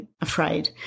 afraid